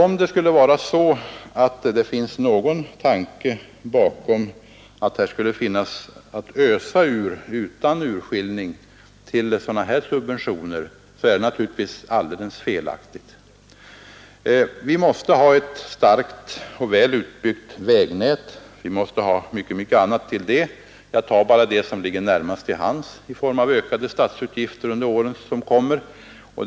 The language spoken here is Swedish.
Om det finns någon tanke bakom hans uttalande som innebär att det skulle finnas någonting att ösa ur utan urskiljning till sådana här subventioner är det alldeles felaktigt. Vi måste ha ett starkt och väl utbyggt vägnät, och vi måste ha mycket annat i anslutning därtill — jag berör bara det som ligger närmast till hands — i form av ökade statsutgifter under kommande år.